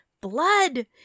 blood